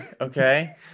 Okay